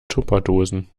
tupperdosen